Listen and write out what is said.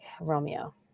Romeo